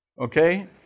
Okay